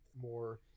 more